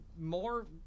more